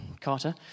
Carter